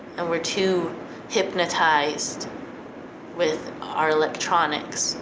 and we're too hypnotized with our electronics.